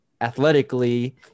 athletically